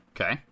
Okay